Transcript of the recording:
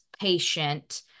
patient